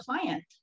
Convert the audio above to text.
client